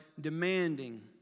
demanding